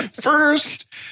First